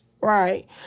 Right